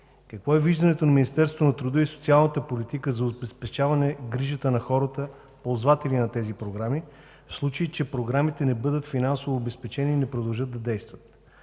Какво е виждането на Министерството на труда и социалната политика за обезпечаване грижата на хората, ползватели на тези програми, в случай че програмите не бъдат финансово обезпечени и не продължат да действат?